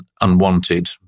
unwanted